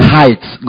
Heights